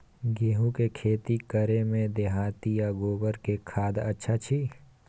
गेहूं के खेती करे में देहाती आ गोबर के खाद अच्छा छी?